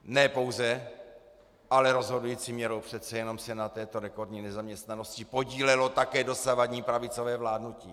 Ne pouze, ale rozhodující měrou přece jenom se na této rekordní nezaměstnanosti podílelo také dosavadní pravicové vládnutí.